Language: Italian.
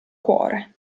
cuore